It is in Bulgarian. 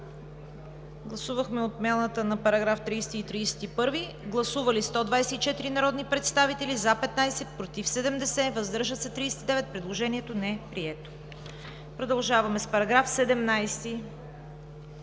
Гласувахме отмяната на параграфи 30 и 31. Гласували 124 народни представители: за 15, против 70, въздържали се 39. Предложението не е прието. Продължаваме с § 17.